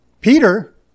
Peter